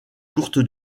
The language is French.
courte